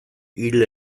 hil